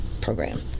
program